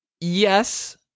Yes